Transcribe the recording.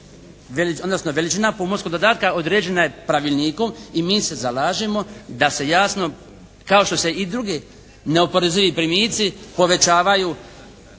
odnosno veličina pomorskog dodatka određena je pravilnikom i mi se zalažemo da se jasno kao što se i drugi neoporezivi primici povećavaju